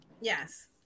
Yes